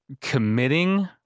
committing